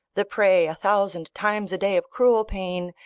the prey a thousand times a day of cruel pain,